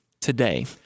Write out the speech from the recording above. today